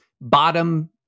bottom